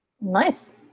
nice